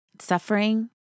suffering